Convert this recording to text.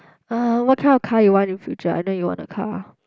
uh what kind of car you want in future I know you want a car